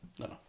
no